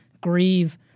grieve